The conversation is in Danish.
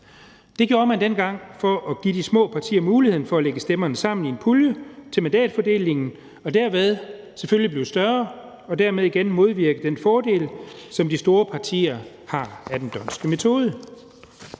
Det gjorde man dengang for at give de små partier muligheden for at lægge stemmerne sammen i en pulje til mandatfordelingen og derved selvfølgelig blive større og derved igen modvirke den fordel, som de store partier har af den d'Hondtske metode.